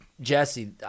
Jesse